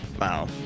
Wow